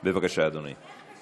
בבקשה, אדוני.